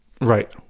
right